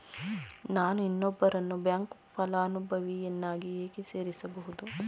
ನಾನು ಇನ್ನೊಬ್ಬರನ್ನು ಬ್ಯಾಂಕ್ ಫಲಾನುಭವಿಯನ್ನಾಗಿ ಹೇಗೆ ಸೇರಿಸಬಹುದು?